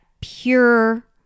pure